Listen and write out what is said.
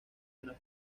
una